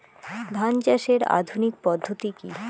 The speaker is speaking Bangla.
ধান চাষের আধুনিক পদ্ধতি কি?